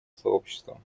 сообщества